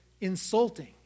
insulting